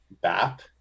bap